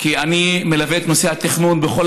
כי אני מלווה את נושא התכנון בכל